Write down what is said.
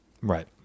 Right